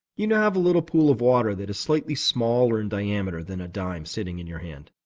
you now have a little pool of water that is slightly smaller in diameter than a dime sitting in your hand.